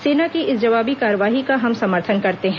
सेना की इस जवाबी कार्रवाई का हम समर्थन करते हैं